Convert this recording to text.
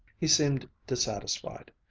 he seemed dissatisfied.